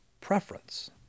preference